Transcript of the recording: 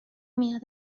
میاد